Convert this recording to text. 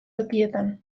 tokietan